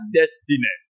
destiny